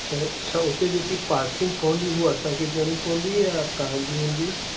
छह छह उते जेकी पार्किंग पवंदी हू असांखे ॾियणी पवंदी या तव्हांजी हूंदी